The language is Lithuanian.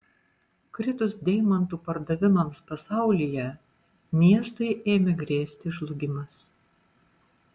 kritus deimantų pardavimams pasaulyje miestui ėmė grėsti žlugimas